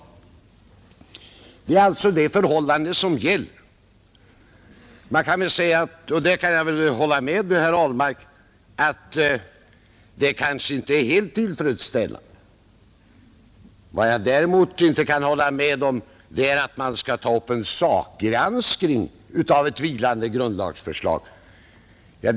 Sådant är alltså förhållandet. Jag kan hålla med herr Ahlmark om att detta kanske inte är helt tillfredsställande. Vad jag däremot inte kan hålla med om är att man skulle ta upp en sakgranskning av ett vilande grundlagsändringsförslag.